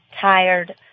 tired